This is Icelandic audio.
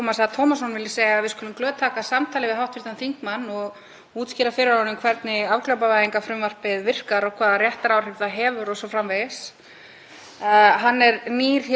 Hann er nýr hér á Alþingi og missti kannski af þeim miklu umræðum sem voru um málið á síðasta kjörtímabili. En þá afsökun hefur hæstv. innviðaráðherra ekki